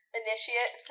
initiate